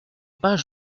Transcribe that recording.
pas